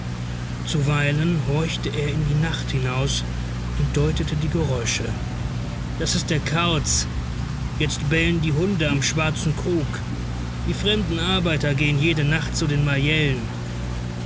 zuweilen horchte er in die nacht hinaus und deutete die geräusche das is der kauz jetzt bellen die hunde am schwarzen krug die fremden arbeiter gehen jede nacht zu den marjellen